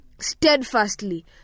steadfastly